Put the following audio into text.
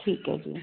ਠੀਕ ਹੈ ਜੀ